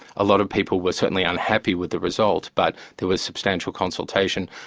a lot of people were certainly unhappy with the result, but there was substantial consultation.